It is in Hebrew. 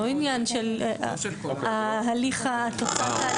לא עניין של תוצאת ההליך הפלילי.